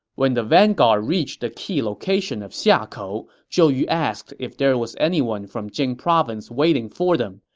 when the vanguard reached the key location of xiakou, zhou yu asked if there was anyone from jing province waiting for them,